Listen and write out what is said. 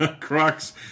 Crux